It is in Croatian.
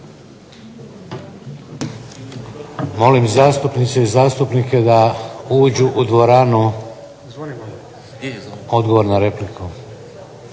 Molim zastupnice i zastupnike da uđu u dvoranu. Odgovor na repliku.